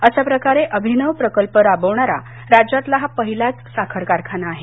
अशा प्रकारे अभिनव प्रकल्प राबवणारा राज्यातला हा पहिलाच साखर कारखाना आहे